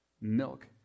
milk